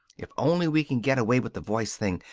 if only we can get away with the voice thing.